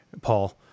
Paul